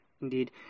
Indeed